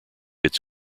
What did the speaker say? its